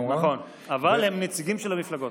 נכון, אבל הם נציגים של המפלגות.